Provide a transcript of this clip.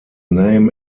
name